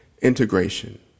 integration